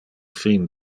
fin